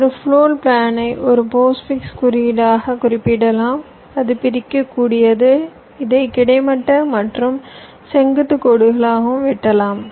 ஒரு ஃப்ளோர் பிளானை ஒரு போஸ்ட்ஃபிக்ஸ் குறியீடாகக் குறிப்பிடலாம் அது பிரிக்க கூடியது இதை கிடைமட்ட மற்றும் செங்குத்து கோடுகளாக வெட்டலாம்